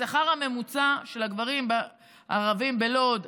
השכר הממוצע של הגברים הערבים בלוד,